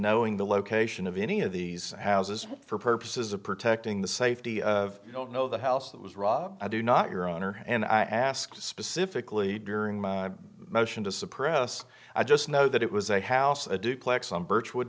knowing the location of any of these houses for purposes of protecting the safety of i don't know the house that was rob i do not your honor and i asked specifically during my motion to suppress i just know that it was a house a duplex on